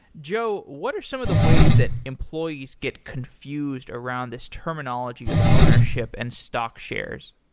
joe, what are some of the ways that employees get confused around this terminology of ownership and stock shares?